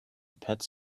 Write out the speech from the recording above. pets